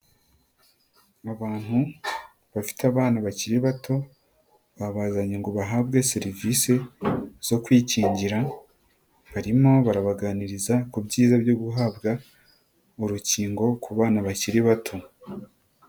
Abantu bafite abana bakiri bato babazanye ngo bahabwe serivisi zo kwikingira, barimo barabaganiriza ku byiza byo guhabwa urukingo ku bana bakiri bato.